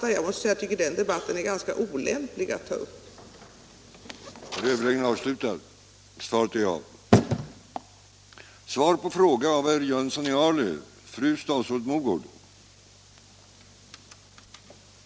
Jag måste säga att jag tycker att det är ganska olämpligt att i detta sammanhang ta upp en sådan debatt.